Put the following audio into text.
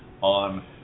on